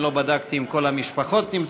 אני לא בדקתי אם כל המשפחות נמצאות,